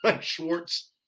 Schwartz